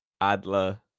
Adler